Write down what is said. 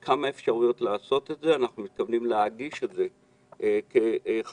אנחנו מתכוונים להגיש את זה כחקיקה.